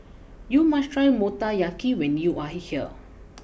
you must try Motoyaki when you are here